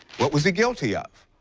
what was he guilty of?